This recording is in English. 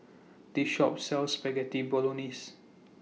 This Shop sells Spaghetti Bolognese